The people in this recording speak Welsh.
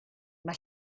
mae